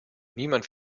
niemand